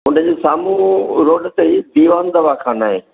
हुन जे साम्हूं रोड ते ई जीवन दवाख़ाना आहे